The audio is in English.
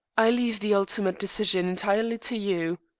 i leave the ultimate decision entirely to you.